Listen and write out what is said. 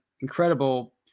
incredible